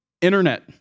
Internet